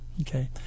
Okay